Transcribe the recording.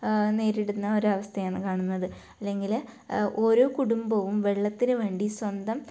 നേരിടുന്ന ഒരവസ്ഥയാണ് കാണുന്നത് അല്ലെങ്കിൽ ഒരോ കുടുംബവും വെള്ളത്തിന് വേണ്ടി സ്വന്തം